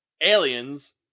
Aliens